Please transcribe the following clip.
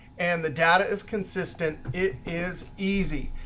and the data is consistent, it is easy.